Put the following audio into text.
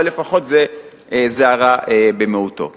אבל לפחות זה הרע במיעוטו.